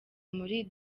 muri